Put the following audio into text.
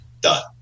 Done